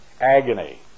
agony